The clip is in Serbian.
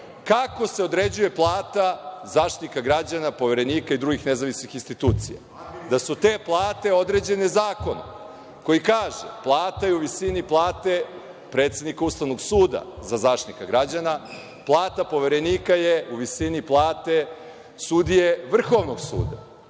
kako se određuje plata Zaštitnika građana, poverenika i drugih nezavisnih institucija, da su te plate određene zakonom koji kaže – plata je u visini plate predsednika Ustavnog suda za Zaštitnika građana, plata poverenika je u visini plate sudije Vrhovnog suda.